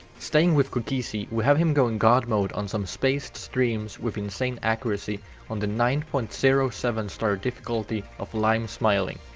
staying with cookiezi we have him going god mode on some spaced streams with insane accuracy on the nine point zero zero seven star difficulty of lime smiling.